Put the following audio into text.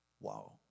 Wow